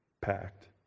packed